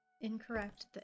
incorrect